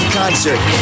concert